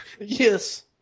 Yes